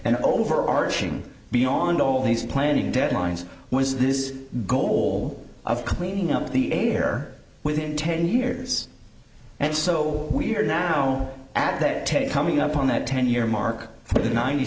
and overarching beyond all these planning deadlines was this goal of cleaning up the air within ten years and so we're now at that tape coming up on that ten year mark for the ninety